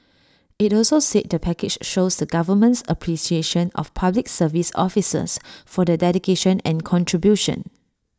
IT also said the package shows the government's appreciation of Public Service officers for their dedication and contribution